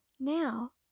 Now